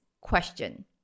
question